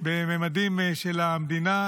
בממדים של המדינה,